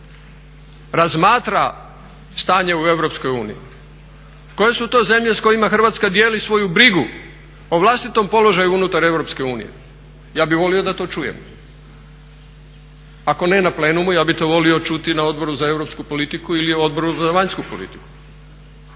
razmatra stanje u EU, koje su to zemlje s kojima Hrvatska dijeli svoju brigu o vlastitom položaju unutar EU? Ja bih volio to čuti, ako ne na plenumu ja bi to volio čuti na Odboru za europsku politiku ili Odboru za vanjsku politiku,